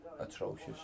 atrocious